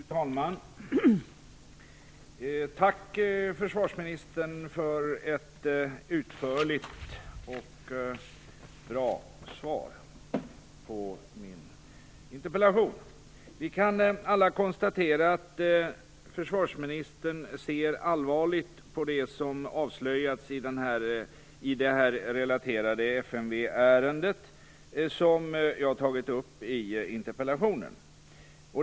Fru talman! Tack, försvarsministern, för ett utförligt och bra svar på min interpellation. Vi kan alla konstatera att försvarsministern ser allvarligt på det som avslöjats i det relaterade FMV-ärende som jag tagit upp i interpellationen.